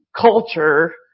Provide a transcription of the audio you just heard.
culture